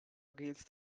against